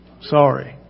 Sorry